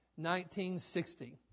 1960